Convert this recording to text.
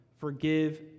forgive